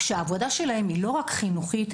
כשהעבודה שלהן היא לא רק חינוכית,